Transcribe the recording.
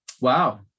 wow